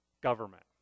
government